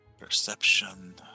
Perception